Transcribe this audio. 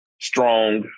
strong